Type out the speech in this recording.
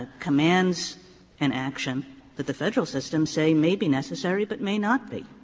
ah commands an action that the federal system say may be necessary but may not be.